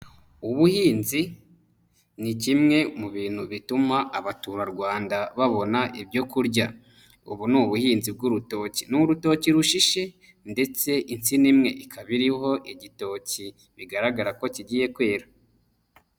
Ubuhinzi ni kimwe mu bintu bituma abaturarwanda babona ibyo kurya. Ubu ni ubuhinzi bw'urutoki ni urutoki rushishe ndetse insina imwe ikaba iriho igitoki, bigaragara ko kigiye kwera.